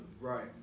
Right